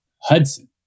Hudson